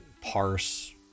parse